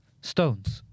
Stones